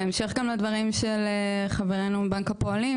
בהמשך גם לדברים של חברנו מבנק הפועלים,